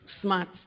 smart